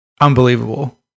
unbelievable